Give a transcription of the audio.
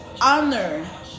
honor